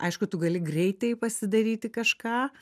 aišku tu gali greitai pasidaryti kažką